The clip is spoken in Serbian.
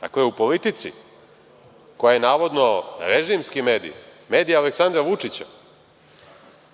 dakle u „Politici“, koja je navodno režimski medij, medij Aleksandra Vučića,